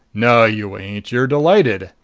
no, you ain't! you're delighted!